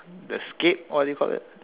the scape what do you call that